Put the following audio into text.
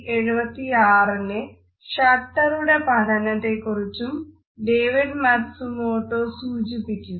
1976 ലെ ഷട്ടറുടെ സൂചിപ്പിക്കുന്നു